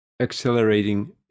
accelerating